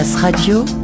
Radio